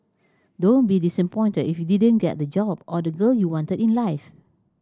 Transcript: don't be disappointed if you didn't get the job or the girl you wanted in life